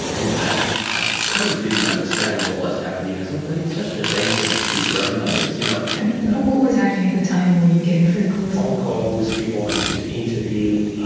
and i i kind of didn't understand what was happening. i thought but it's just a bench and a few grandmothers. you know but what was happening at the time, were you getting phone calls? phone calls, people wanting to interview,